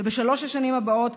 ובשלוש השנים הבאות,